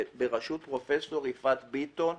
בראשות פרופ' יפעת ביטון,